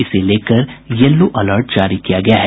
इसे लेकर yellow alert जारी किया गया है